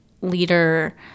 leader